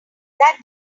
that